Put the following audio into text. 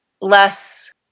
less